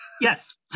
Yes